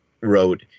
wrote